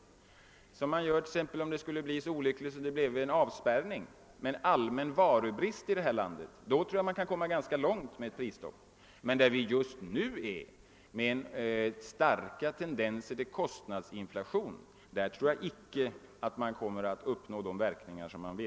Så skulle bli fallet om vi råkade i den olyckliga situationen att bli avspärrade och fick en allmän varubrist i vårt land. Då kan man komma ganska långt med ett prisstopp. Men just i nuvarande läge, där vi har starka tendenser till kostnadsinflation, tror jag inte man kommer att uppnå de verkningar man önskar få.